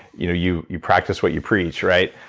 you know you you practice what you preach, right?